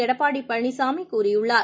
எடப்பாடிபழனிசாமிகூறியுள்ளார்